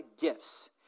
gifts